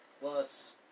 plus